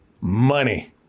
Money